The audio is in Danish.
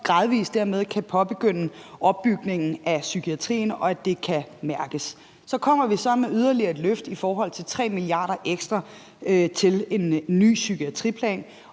gradvis kan påbegynde opbygningen af psykiatrien, og at det kan mærkes. Så kommer vi med yderligere et løft på 3 mia. kr. ekstra til en ny psykiatriplan,